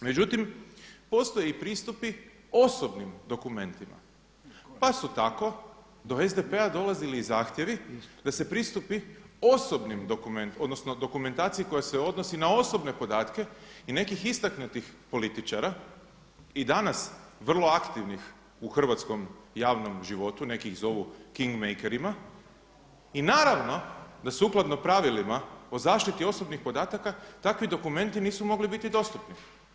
Međutim, postoje pristupi osobnim dokumentima, pa su tako do SDP-a dolazili zahtjevi da se pristupi osobnim, odnosno, dokumentaciji koja se odnosi na osobne podatke i nekih istaknutih političara i danas vrlo aktivnih u hrvatskom javnom životu, neki ih zovu king …, i naravno da sukladno pravilima o zaštiti osobnih podataka takvi dokumenti nisu mogli biti dostupni.